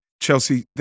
Chelsea